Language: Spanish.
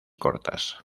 cortas